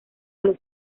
los